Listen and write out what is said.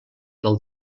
del